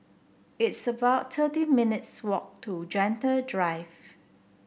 it's about thirteen minutes' walk to Gentle Drive